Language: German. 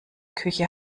küche